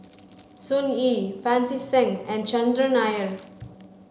Sun Yee Pancy Seng and Chandran Nair